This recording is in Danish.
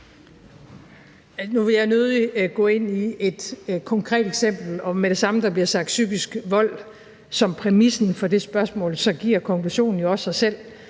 Nu vil jeg nødig gå ind i et konkret eksempel. Og med det samme der bliver sagt psykisk vold som præmis for det spørgsmål, giver konklusionen jo også sig selv.